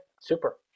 Super